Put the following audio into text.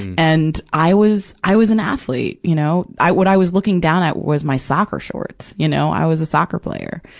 and, i was, i was an athlete, you know. i, what i was looking down at was my soccer shorts. you know, i was a soccer player.